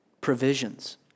Provisions